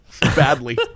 Badly